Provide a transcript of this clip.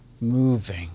moving